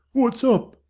wot's up?